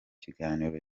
kiganiro